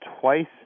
twice